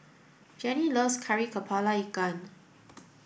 Gennie loves Kari Kepala Ikan